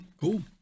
cool